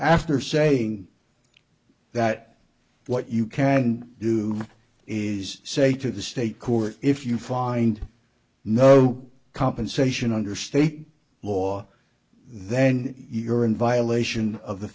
after saying that what you can do is say to the state court if you find no compensation under state law then you're in violation of the